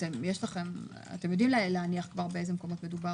אתם יודעים להניח כבר באיזה מקומות מדובר?